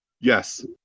Yes